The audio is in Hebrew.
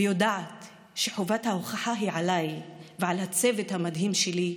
ויודעת שחובת ההוכחה היא עליי ועל הצוות המדהים שלי,